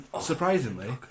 Surprisingly